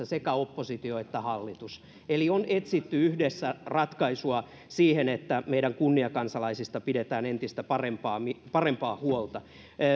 sekä oppositio että hallitus eli on etsitty yhdessä ratkaisua siihen että meidän kunniakansalaisistamme pidetään entistä parempaa huolta